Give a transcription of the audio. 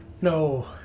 no